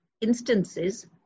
instances